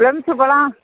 plums பழம்